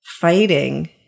fighting